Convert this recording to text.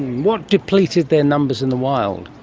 what depleted their numbers in the wild?